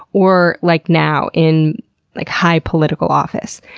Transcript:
or like now in like high political office.